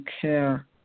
care